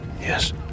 Yes